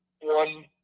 one